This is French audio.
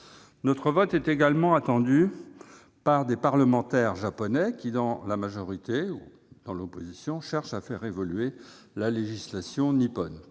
Notre vote est également attendu par des parlementaires japonais, de la majorité comme de l'opposition, qui cherchent à faire évoluer la législation nippone.